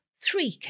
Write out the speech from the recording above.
three